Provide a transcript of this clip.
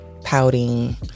pouting